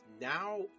now